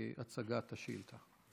הצגת השאילתה.